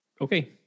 okay